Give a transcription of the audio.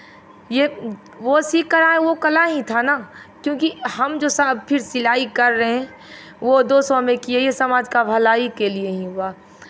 ये वो सीख कर आये हैं वो कला ही था ना क्योंकि हम जो फिर सिलाई कर रहे वो दो सौ में किया ये समाज का भलाई के लिए ही हुआ